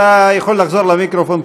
אתה יכול לחזור למיקרופון,